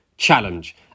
Challenge